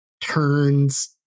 turns